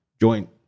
joint